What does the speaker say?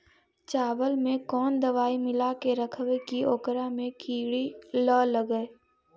चावल में कोन दबाइ मिला के रखबै कि ओकरा में किड़ी ल लगे?